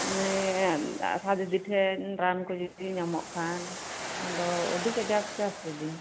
ᱟᱥᱟ ᱫᱤᱫᱤ ᱴᱷᱮᱱ ᱨᱟᱱ ᱠᱚ ᱡᱩᱫᱤ ᱧᱟᱢᱚᱜ ᱠᱷᱟᱱ ᱟᱫᱚ ᱟᱹᱰᱤ ᱠᱟᱡᱟᱠ ᱛᱮ ᱦᱟᱥᱩᱤᱫᱤᱧᱟ